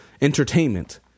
entertainment